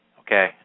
okay